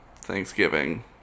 Thanksgiving